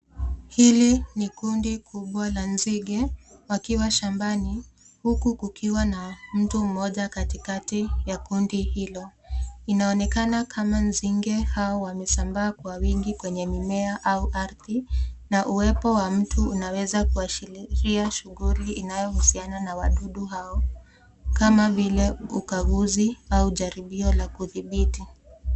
Hili ni kundi kubwa la nzige wakiwa shambani huku kukiwa na mtu mmoja katikati ya kundi hilo, inaonekana kama nzige hao wamesambaa kwa wingi kwenye mimea au ardhi na uwepo wa mtu unaweza kuashiria shughuli inayohusiana na wadudu hao kama vile ukaguzi au jaribio la kudhiti.